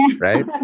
right